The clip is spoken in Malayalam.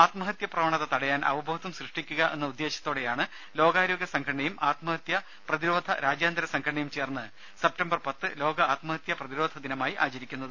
ആത്മഹത്യ പ്രവണത തടയാൻ അവബോധം സൃഷ്ടിക്കുക എന്ന ഉദ്ദേശത്തോയെയാണ് ലോകാരോഗ്യ സംഘടനയും ആത്മഹത്യാ പ്രതിരോധ രാജ്യാന്തര സംഘടനയും ചേർന്ന് സെപ്തംബർ പത്ത് ലോക ആത്മഹത്യാ പ്രതിരോധ ദിനമായി ആചരിക്കുന്നത്